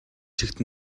чигт